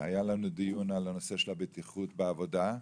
הנושא של בטיחות בעבודה.